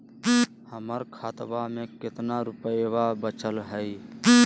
हमर खतवा मे कितना रूपयवा बचल हई?